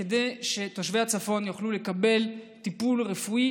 כדי שתושבי הצפון יוכלו לקבל טיפול רפואי